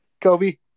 Kobe